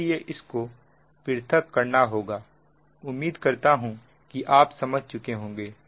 इसलिए इसको पृथक करना होगा उम्मीद करता हूं कि आप समझ चुके होंगे